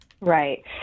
Right